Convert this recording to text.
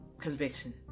conviction